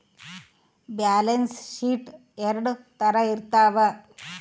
balance sheet ಎರಡ್ ತರ ಇರ್ತವ